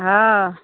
हँ